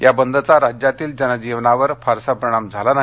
या बंदचा राज्यातल्या जनजीवनावर फारसा परिणाम झाला नाही